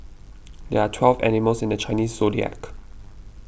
there are twelve animals in the Chinese zodiac